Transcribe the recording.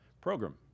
program